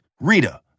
Rita